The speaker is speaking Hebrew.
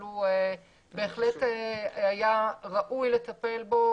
אבל בהחלט היה ראוי לטפל בו,